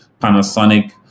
Panasonic